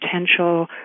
potential